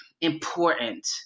important